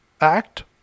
act